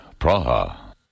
Praha